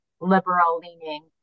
liberal-leaning